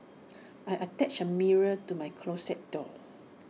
I attached A mirror to my closet door